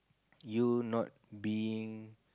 you not being